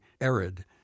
arid